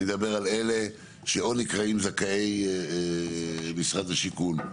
אני מדבר על אלה שאו נקראים זכאי משרד השיכון,